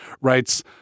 writes